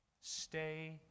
stay